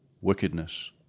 wickedness